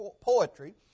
poetry